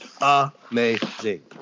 Amazing